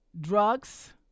drugs